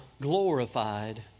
glorified